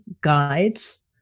guides